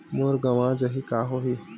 मोर गंवा जाहि का होही?